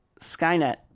Skynet